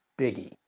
biggie